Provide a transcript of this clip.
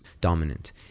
dominant